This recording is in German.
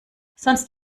sonst